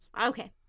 Okay